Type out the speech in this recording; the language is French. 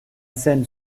scène